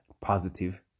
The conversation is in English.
positive